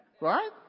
Right